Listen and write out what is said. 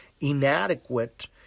inadequate